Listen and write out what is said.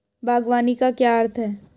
बागवानी का क्या अर्थ है?